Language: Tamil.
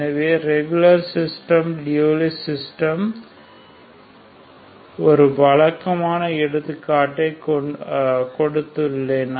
எனவே ரெகுலர் ஸ்டெர்ம் லியோவ்லி சிஸ்டம் ஒரு வழக்கமான எடுத்துக்காட்டை கொடுத்துள்ளேன்